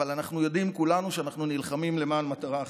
אבל אנחנו יודעים כולנו שאנחנו נלחמים למען מטרה אחת.